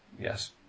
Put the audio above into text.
yes